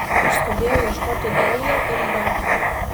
išskubėjo ieškoti daulio ir gako